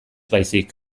baizik